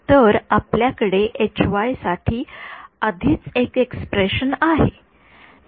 तर आपल्याकडे साठी आधीच एक एक्स्प्रेशन आहे